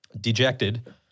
Dejected